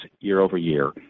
year-over-year